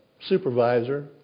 supervisor